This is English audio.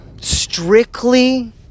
strictly